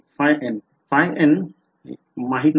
ϕn ϕn योग्य माहित नाही